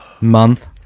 month